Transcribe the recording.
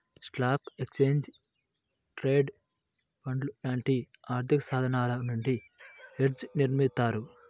స్టాక్లు, exchange traded ఫండ్లు లాంటి ఆర్థికసాధనాల నుండి హెడ్జ్ని నిర్మిత్తారు